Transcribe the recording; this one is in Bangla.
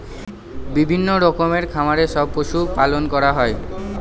বিভিন্ন রকমের খামারে সব পশু পালন করা হয়